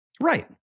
right